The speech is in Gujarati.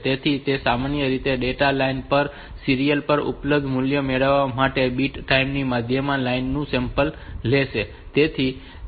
તેથી તે સામાન્ય રીતે ડેટા લાઇન પરની સીરીયલ પર ઉપલબ્ધ મૂલ્ય મેળવવા માટે બીટ ટાઈમ ની મધ્યમાં લાઇન નું સેમ્પલ લેશે